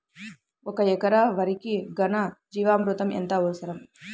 ఒక ఎకరా వరికి ఘన జీవామృతం ఎంత అవసరం?